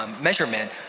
measurement